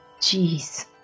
Jeez